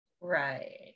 right